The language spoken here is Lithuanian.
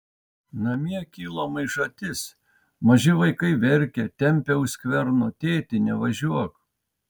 namie kilo maišatis maži vaikai verkia tempia už skverno tėti nevažiuok